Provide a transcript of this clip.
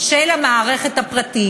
של המערכת הפרטית.